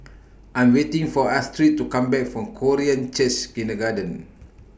I'm waiting For Astrid to Come Back from Korean Church Kindergarten